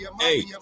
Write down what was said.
Hey